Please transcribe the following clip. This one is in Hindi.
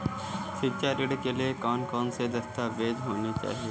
शिक्षा ऋण के लिए कौन कौन से दस्तावेज होने चाहिए?